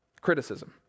criticism